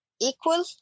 Equal